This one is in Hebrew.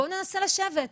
בואו ננסה לשבת.